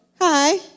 hi